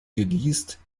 geleast